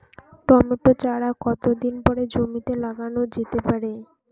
Tomato চারা কতো দিন পরে জমিতে লাগানো যেতে পারে?